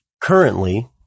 currently